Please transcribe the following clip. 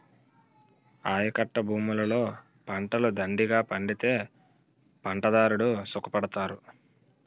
ఆయకట్టభూములలో పంటలు దండిగా పండితే పంటదారుడు సుఖపడతారు